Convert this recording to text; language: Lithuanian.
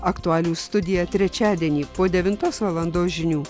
aktualijų studija trečiadienį po devintos valandos žinių